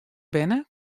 binne